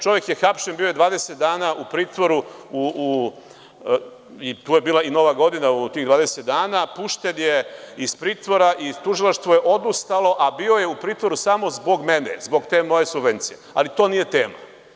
Čovek je hapšen, bio je 20 dana u pritvoru, tu je bila i Nova godina u tih 20 dana, pušten je iz pritvora i tužilaštvo je odustalo, a bio je u pritvoru samo zbog mene, zbog te moje subvencije, ali to nije tema.